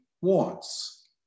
wants